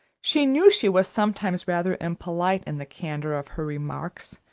she knew she was sometimes rather impolite in the candor of her remarks,